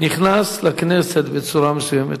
נכנס לכנסת בצורה מסוימת,